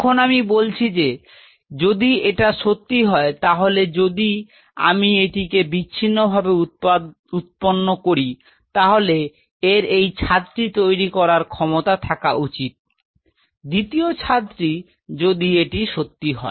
এখন আমি বলছি যে যদি এটা সত্যি হয় তাহলে যদি আমি এটিকে বিচ্ছিন্নভাবে উৎপন্ন করি তাহলে এর এই ছাদটি তৈরি করার ক্ষমতা থাকা উচিত দ্বিতীয় ছাদটি যদি এটি সত্যি হয়